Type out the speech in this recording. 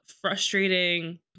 frustrating